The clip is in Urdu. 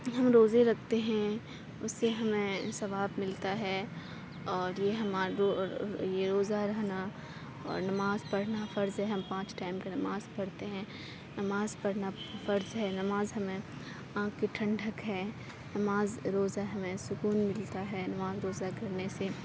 ہم روزے رکھتے ہیں اس سے ہمیں ثواب ملتا ہے اور یہ ہمارے یہ روزہ رہنا اور نماز پڑھنا فرض ہے ہم پانچ ٹائم کی نماز پڑھتے ہیں نماز پڑھنا فرض ہے نماز ہمیں آنکھ کی ٹھنڈک ہے نماز روزہ ہمیں سکون ملتا ہے نماز روزہ کرنے سے